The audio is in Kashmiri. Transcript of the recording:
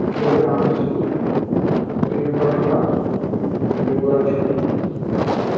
بیٚیہِ گوٚو رامسوٗ بیٚیہِ گوٚو کوٹھوا بیٚیہِ گوٚو راجوری